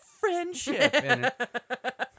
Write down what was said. friendship